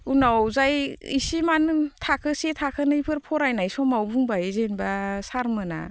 उनाव जाय इसे माने थाखोसे थाखोनैफोर फरायनाय समाव बुंबाय जेनेबा सारमोना